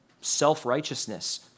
self-righteousness